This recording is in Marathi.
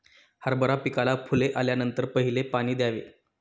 हरभरा पिकाला फुले आल्यानंतर पहिले पाणी द्यावे